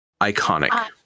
Iconic